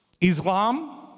Islam